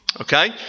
Okay